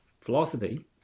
philosophy